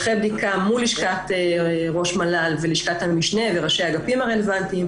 אחרי בדיקה מול לשכת ראש מל"ל ולשכת המשנה וראשי האגפים הרלוונטיים,